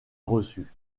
reçu